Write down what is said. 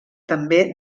també